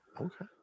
Okay